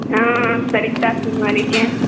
हँ सरिता सिंह बालीके